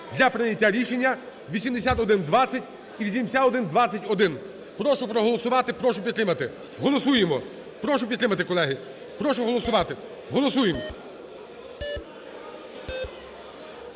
для прийняття рішення 8120 і 8121. Прошу проголосувати. Прошу підтримати. Голосуємо. Прошу підтримати, колеги, прошу голосувати. Голосуєм.